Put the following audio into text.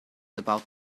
about